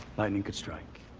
lightning could strike.